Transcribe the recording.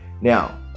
Now